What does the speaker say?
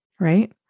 right